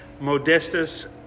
Modestus